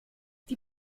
die